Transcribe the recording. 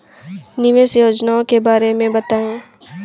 निवेश योजनाओं के बारे में बताएँ?